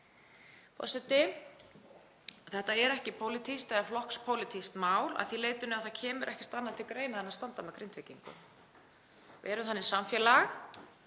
Þetta er ekki pólitískt eða flokkspólitískt mál að því leytinu að það kemur ekkert annað til greina en að standa með Grindvíkingum. Við erum þannig samfélag